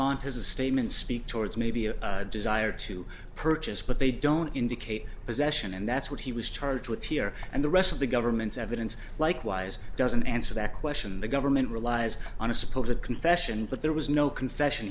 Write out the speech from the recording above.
mantissa statements speak towards maybe a desire to purchase but they don't indicate possession and that's what he was charged with here and the rest of the government's evidence likewise doesn't answer that question the government relies ana suppose a confession but there was no confession